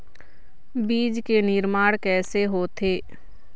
बीज के निर्माण कैसे होथे?